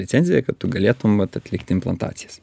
licenciją kad tu galėtum vat atlikti implantacijas